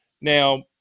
Now